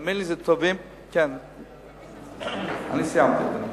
תאמין לי שהדברים טובים, אני סיימתי.